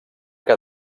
que